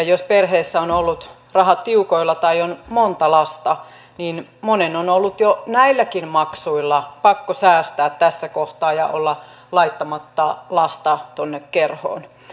jos perheessä ovat olleet rahat tiukoilla tai on monta lasta niin monen on ollut jo näilläkin maksuilla pakko säästää tässä kohtaa ja olla laittamatta lasta tuonne kerhoon